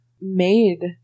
made